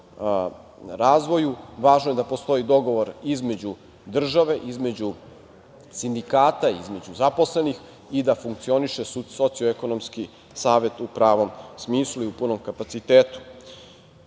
razvoju. Važno je da postoji dogovor između države, između sindikata, između zaposlenih i da funkcioniše Socijalno-ekonomski savet u pravom smislu i u punom kapacitetu. Poslovanje